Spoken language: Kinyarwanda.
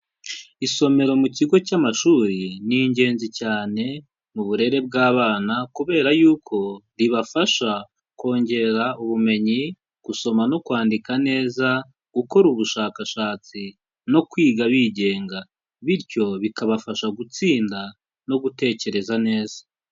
Isomero mu kigo cy'amashuri ni ingenzi cyane mu uburere bw'abana kubera yuko ribafasha kongera ubumenyi gusoma no kwandika neza gukora ubushakashatsi no kwiga bigenga, bityo bikabafasha gutsinda no gutekereza neza.